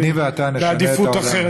אני ואתה נשנה את העולם.